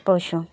পশু